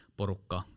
porukka